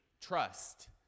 trust